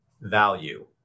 Value